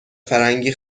فرنگی